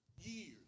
years